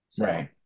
Right